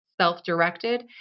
self-directed